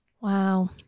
Wow